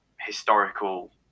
historical